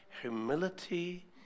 Humility